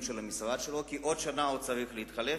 של המשרד שלו כי בעוד שנה הוא צריך להתחלף,